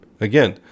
Again